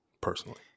personally